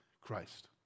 Christ